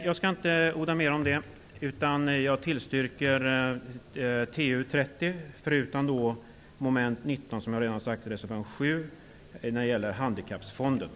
Jag yrkar bifall till hemställan i trafikutskottets betänkande TU30, förutom beträffande mom. 19, som gäller handikappsfonden, där jag yrkar bifall till reservation 7.